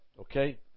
Okay